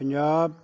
Punjab